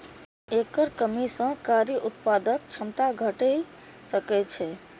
एकर कमी सं कार्य उत्पादक क्षमता घटि सकै छै